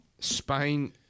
Spain